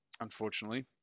unfortunately